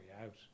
out